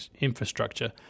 infrastructure